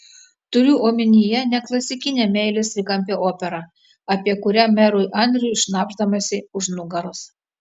turiu omenyje ne klasikinę meilės trikampio operą apie kurią merui andriui šnabždamasi už nugaros